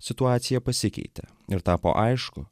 situacija pasikeitė ir tapo aišku